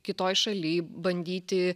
kitoj šaly bandyti